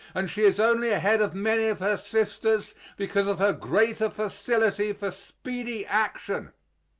and she is only ahead of many of her sisters because of her greater facility for speedy action.